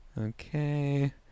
okay